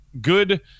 good